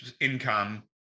income